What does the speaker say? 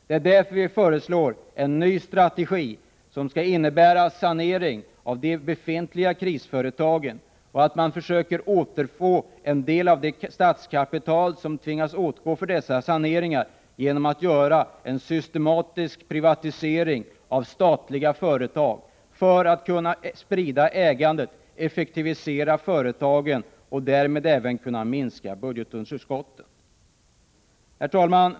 Det är därför vi föreslår en ny strategi, som skall innebära sanering av de befintliga krisföretagen. Man skall försöka återfå en del av det statskapital som tvingats åtgå för dessa saneringar genom att göra en systematisk privatisering av statliga företag för att kunna sprida ägandet, effektivisera företagen och därmed även kunna minska budgetunderskottet. Herr talman!